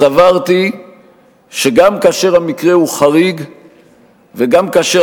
סברתי שגם כאשר המקרה הוא חריג וגם כאשר